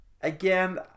again